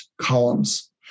columns